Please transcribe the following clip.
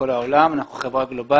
מבחינת המכסים.